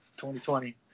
2020